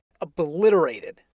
obliterated